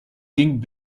ging